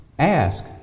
ask